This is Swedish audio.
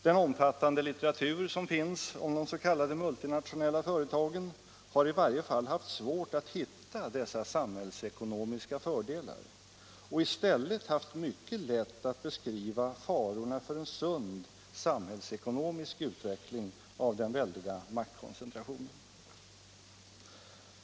Den omfattande litteratur som finns om de s.k. multinationella företagen har i varje fall haft svårt att hitta dessa samhällsekonomiska fördelar och i stället haft mycket lätt att beskriva farorna för en sund samhällsekonomisk utveckling av den väldiga maktkoncentrationen.